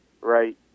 right